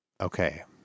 Okay